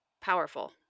powerful